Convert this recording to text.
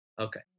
Okay